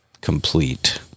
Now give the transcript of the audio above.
complete